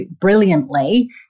brilliantly